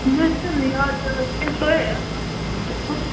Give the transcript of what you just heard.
مےٚ چھُ نہٕ یاد پیٚوان کیٚنٛہہ تھوڑا